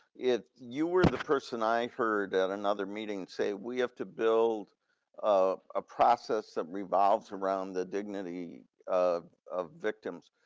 if you were the person i heard at another meeting say, we have to build a ah process that revolves around the dignity of of victims.